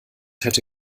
hätte